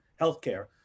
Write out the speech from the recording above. healthcare